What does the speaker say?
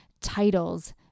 titles